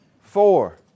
four